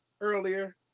earlier